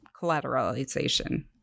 collateralization